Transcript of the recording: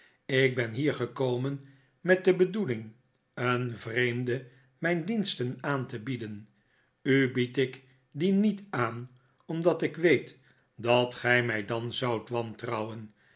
ik ben hier gekomen met de bedoeling een vreemde mijn diensten aan te bieden u bied ik die niet aan omdat ik weet dat gij mij dan zoudt wantrouwen